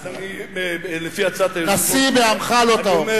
אז אני, לפי הצעת היושב-ראש, נשיא בעמך לא תאור.